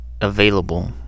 available